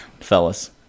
fellas